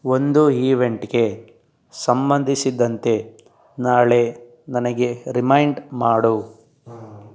ಒಂದು ಈವೆಂಟ್ಗೆ ಸಂಬಂಧಿಸಿದಂತೆ ನಾಳೆ ನನಗೆ ರಿಮೈಂಡ್ ಮಾಡು